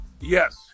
Yes